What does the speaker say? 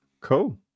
Cool